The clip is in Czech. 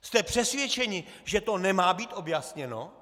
Jste přesvědčeni, že to nemá být objasněno?